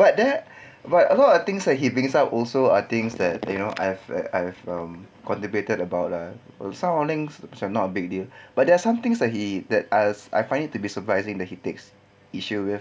but there got a lot of things that he brings up also are things that you know I've I've um contemplated about lah some of them macam not a big deal but there are some things that he that as I find it to be surprising that he takes issue with